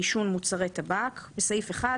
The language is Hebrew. מעישון מוצרי טבק תיקון